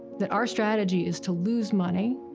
that our strategy is to lose money,